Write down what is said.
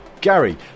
Gary